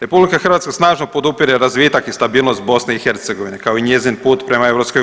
RH snažno podupire razvitak i stabilnost BiH kao i njezin put prema EU.